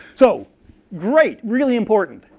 so great. really important.